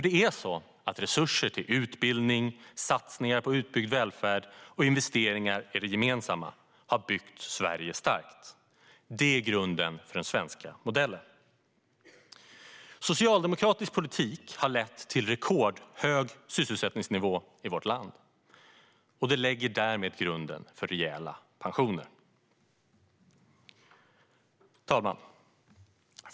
Det är så att resurser till utbildning, satsningar på en utbyggd välfärd och investeringar i det gemensamma har byggt Sverige starkt. Det är grunden för den svenska modellen. Socialdemokratisk politik har lett till en rekordhög sysselsättningsnivå i vårt land och därmed lagt grunden för rejäla pensioner. Fru talman!